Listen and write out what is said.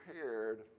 prepared